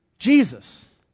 Jesus